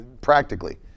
practically